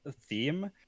theme